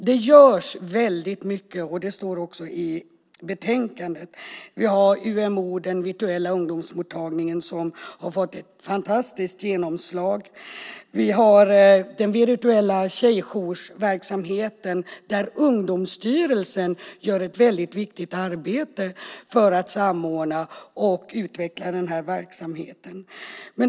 Det görs mycket, vilket också står i betänkandet. Vi har umo.se, den virtuella ungdomsmottagningen som har fått ett fantastiskt genomslag. Vi har den virtuella tjejjoursverksamheten där Ungdomsstyrelsen gör ett viktigt arbete för att samordna och utveckla verksamheten.